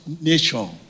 nation